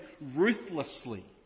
ruthlessly